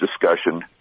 discussion